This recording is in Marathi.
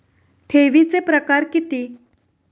ठेवीचे प्रकार किती?